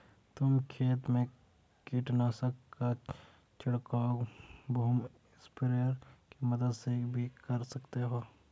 तुम खेत में कीटनाशक का छिड़काव बूम स्प्रेयर की मदद से भी कर सकते हो